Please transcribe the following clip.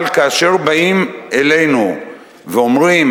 אבל כאשר באים אלינו ואומרים: